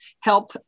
help